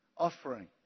offering